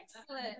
Excellent